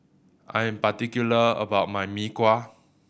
I am particular about my Mee Kuah